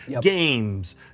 games